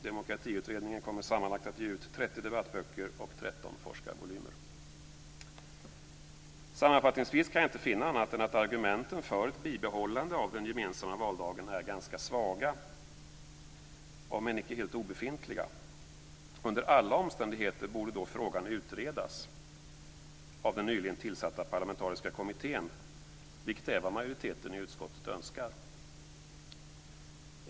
Demokratiutredningen kommer sammanlagt att ge ut 30 debattböcker och 13 forskarvolymer. Sammanfattningsvis kan jag inte finna annat än att argumenten för ett bibehållande av den gemensamma valdagen är ganska svaga, om än icke helt obefintliga. Under alla omständigheter borde då frågan utredas av den nyligen tillsatta parlamentariska kommittén, vilket är vad majoriteten i utskottet önskar.